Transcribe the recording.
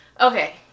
okay